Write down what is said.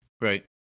Right